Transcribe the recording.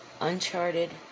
uncharted